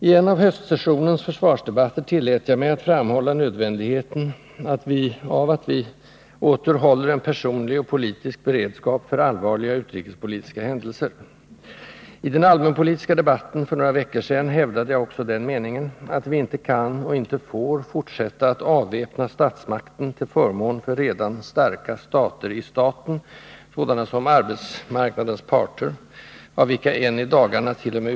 I en av höstsessionens försvarsdebatter tillät jag mig att framhålla nödvändigheten av att vi åter håller en personlig och politisk beredskap för allvarliga utrikespolitiska händelser. I den allmänpolitiska debatten för några veckor sedan hävdade jag också den meningen att vi inte kan och inte får fortsätta att avväpna statsmakten till förmån för redan starka ”stater i staten”, sådana som arbetsmarknadens parter — av vilka en i dagarnat.o.m.